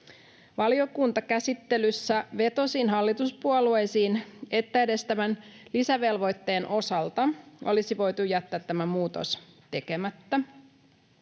Valiokuntakäsittelyssä vetosin hallituspuolueisiin, että edes tämän lisävelvoitteen osalta olisi voitu jättää tämä muutos tekemättä.